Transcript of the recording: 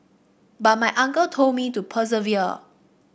but my uncle told me to persevere